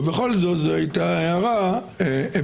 ובכל זאת זו הייתה הערה אפשרית